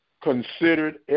considered